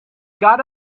got